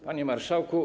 Panie Marszałku!